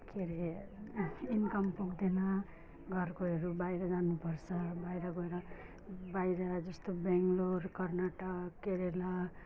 के अरे इन्कम पुग्दैन घरकोहरू बाहिर जानुपर्छ बाहिर गएर बाहिर जस्तो बेङ्लोर कर्नाटक केरला